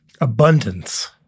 Abundance